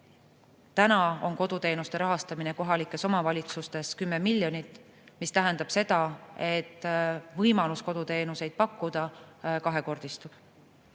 Täna on koduteenuste rahastamine kohalikes omavalitsustes 10 miljonit, mis tähendab seda, et võimalus koduteenuseid pakkuda kahekordistub.